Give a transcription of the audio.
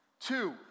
Two